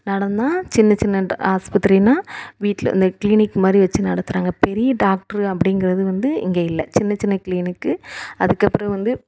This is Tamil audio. நடந்தால் சின்ன சின்ன ட ஆஸ்பத்திரின்னால் வீட்டில் இந்த க்ளினிக் மாதிரி வெச்சு நடத்துகிறாங்க பெரிய டாக்ட்ரு அப்படிங்கிறது வந்து இங்கே இல்லை சின்ன சின்ன க்ளினிக்கு அதுக்கப்புறம் வந்து